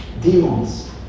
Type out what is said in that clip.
demons